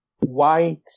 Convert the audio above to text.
white